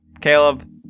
Caleb